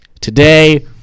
today